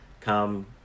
come